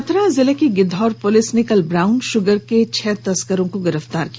चतरा जिले की गिद्धौर पुलिस ने कल ब्राउन शुगर के छह तस्करों को गिरफ्तार किया